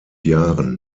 jahren